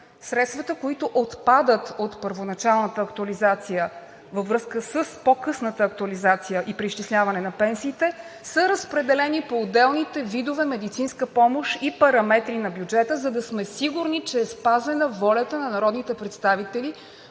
средствата, които отпадат от първоначалната актуализация във връзка с по-късната актуализация и преизчисляване на пенсиите, са разпределени по отделните видове медицинска помощ и параметри на бюджета, за да сме сигурни, че е спазена волята на народните представители,